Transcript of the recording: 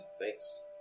Thanks